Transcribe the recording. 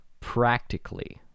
practically